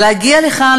להגיע לכאן,